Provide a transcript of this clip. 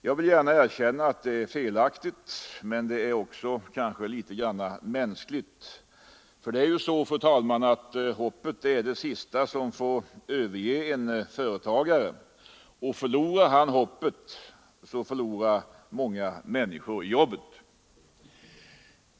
Jag erkänner att det är felaktigt, men det är kanske också mänskligt, ty hoppet är ju det sista som får överge en företagare. Förlorar han hoppet, så förlorar många människor jobbet.